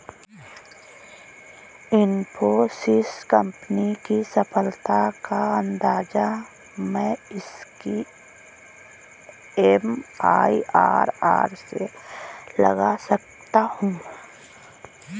Infosys company की सफलता का अंदाजा मैं इसकी एम.आई.आर.आर से लगा सकता हूँ